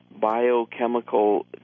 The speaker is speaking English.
biochemical